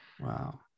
Wow